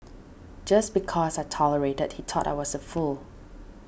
just because I tolerated he thought I was a fool